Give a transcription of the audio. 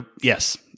yes